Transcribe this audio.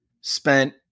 spent